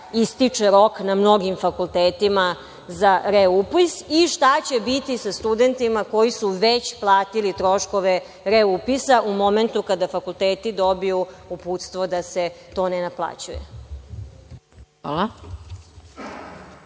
ističe rok na mnogim fakultetima za reupis i šta će biti sa studentima koji su već platili troškove reupisa u momentu kada fakulteti dobiju uputstvo da se to ne naplaćuje? **Maja